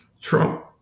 Trump